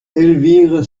elvire